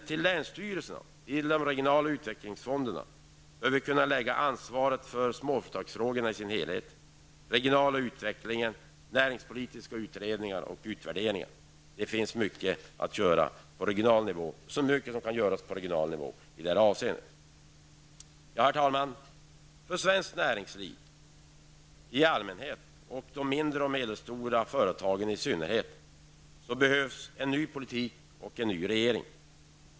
Till länsstyrelserna och till de regionala utvecklingsfonderna bör ansvaret för småföretagsfrågor, regional utveckling och näringspolitiska utredningar och utvärderingar förläggas. Det finns mycket som kan göras på regional nivå i detta avseende. Herr talman! För svenskt näringsliv i allmänhet och de mindre och medelstora företagen i synnerhet behövs en ny politik och en ny regering.